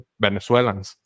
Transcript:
Venezuelans